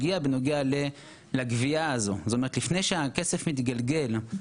לפני שהכסף מתגלגל למשרד האוצר,